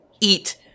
eat